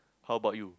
how about you